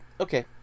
okay